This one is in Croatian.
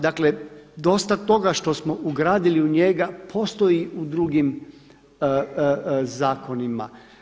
Dakle, dosta toga što smo ugradili u njega postoji u drugim zakonima.